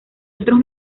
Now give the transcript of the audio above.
otros